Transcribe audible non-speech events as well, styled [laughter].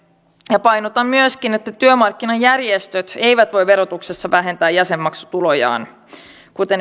ja painotan myöskin että työmarkkinajärjestöt eivät voi verotuksessa vähentää jäsenmaksutulojaan kuten [unintelligible]